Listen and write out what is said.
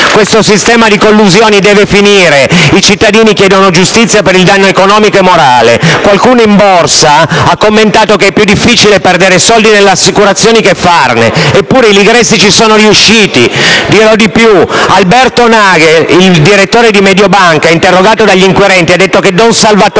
Questo sistema di collusioni deve finire. I cittadini chiedono giustizia per il danno economico e morale. Qualcuno in borsa ha commentato che è più difficile perdere soldi nelle assicurazioni che farne. Eppure, i Ligresti ci sono riusciti. Dirò di più: Alberto Nagel, il direttore di Mediobanca, interrogato dagli inquirenti ha detto che don Salvatore